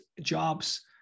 jobs